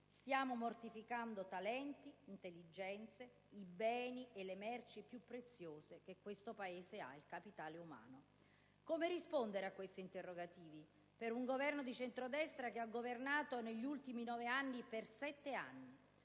Stiamo mortificando talenti, intelligenze, i beni e le merci più preziose che questo Paese ha: il capitale umano. Come risponde a tali interrogativi un Governo di centrodestra che negli ultimi nove anni ha governato